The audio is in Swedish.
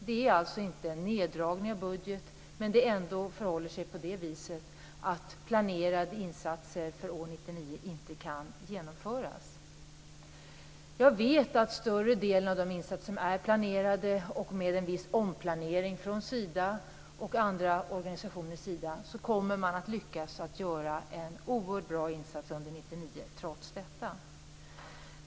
Det är alltså inte en neddragning av budget, men det förhåller sig ändå på det viset att planerade insatser för år 1999 inte kan genomföras. Jag vet att med större delen av de insatser som är planerade och med en viss omplanering från Sida och andra organisationer kommer man att lyckas att göra en oerhört bra insats under 1999, trots detta.